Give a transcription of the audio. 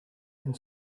and